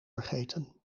vergeten